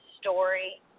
story